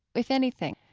if anything?